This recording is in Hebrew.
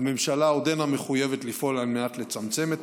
הממשלה עודנה מחויבת לפעול על מנת לצמצם את הפערים,